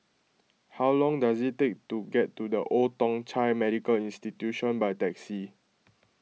how long does it take to get to the Old Thong Chai Medical Institution by taxi